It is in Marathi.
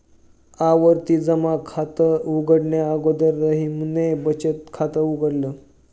आवर्ती जमा खात उघडणे अगोदर रहीमने बचत खात उघडल